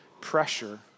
pressure